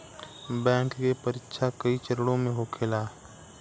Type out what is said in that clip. bank के परीक्षा कई चरणों में होखेला